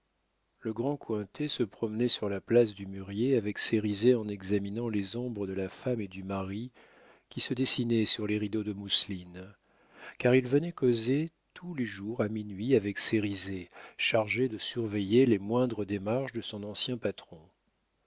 le grand cointet se promenait sur la place du mûrier avec cérizet en examinant les ombres de la femme et du mari qui se dessinaient sur les rideaux de mousseline car il venait causer tous les jours à minuit avec cérizet chargé de surveiller les moindres démarches de son ancien patron